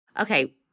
Okay